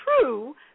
true